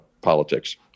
politics